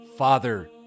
Father